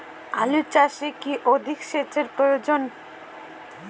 আলু চাষে কি অধিক সেচের প্রয়োজন?